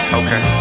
okay